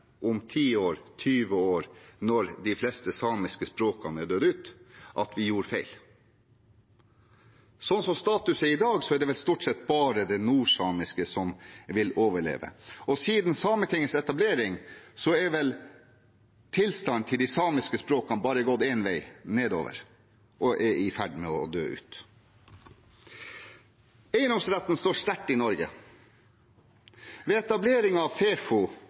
om ti, tjue år, når de fleste samiske språkene er dødd ut, og si at vi gjorde feil. Som status er i dag, er det vel stort sett bare det nordsamiske som vil overleve. Siden Sametingets etablering, er vel tilstanden til de samiske språkene bare gått én vei, nedover, og de er i ferd med å dø ut. Eiendomsretten står sterkt i Norge. Ved etableringen av